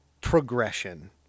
progression